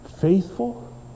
faithful